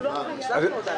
אני אקיים דיון.